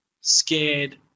scared